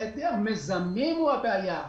העדר יוזמות זו הבעיה,